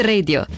Radio